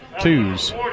twos